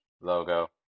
logo